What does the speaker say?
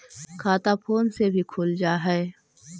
खाता फोन से भी खुल जाहै?